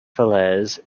falaise